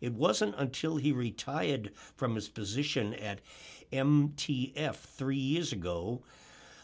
it wasn't until he retired from his position at m t f three years ago